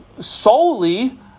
solely